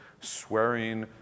swearing